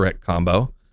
combo